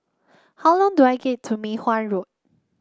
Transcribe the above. how long do I get to Mei Hwan Road